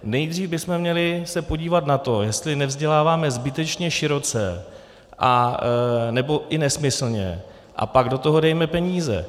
Nejdříve bychom se měli podívat na to, jestli nevzděláváme zbytečně široce, nebo i nesmyslně, a pak do toho dejme peníze.